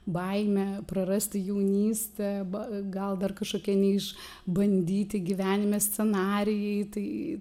baimė prarasti jaunystę arba gal dar kažkokie ne iš bandyti gyvenime scenarijai tai